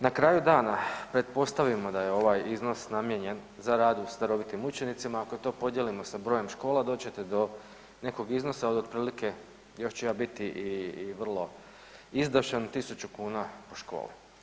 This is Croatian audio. Na kraju dana pretpostavimo da je ovaj iznos namijenjen za rad s darovitim učenicima, ako to podijelimo sa brojem škola, doći ćete do nekog iznosa od otprilike, još ću ja biti i vrlo izdašan, 1000 kunu po školi.